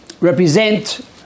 represent